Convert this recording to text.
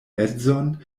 edzon